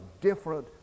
different